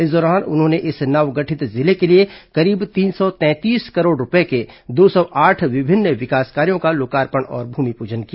इस दौरान उन्होंने इस नवगठित जिले के लिए करीब तीन सौ तैंतीस करोड़ रूपये के दो सौ आठ विभिन्न विकास कार्यो का लोकार्पण और भूमिपूजन किया